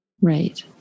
Right